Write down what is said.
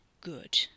good